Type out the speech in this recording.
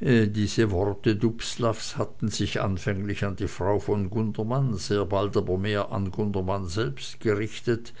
diese worte dubslavs hatten sich anfänglich an die frau von gundermann sehr bald aber mehr an gundermann selbst gerichtet